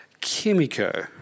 Kimiko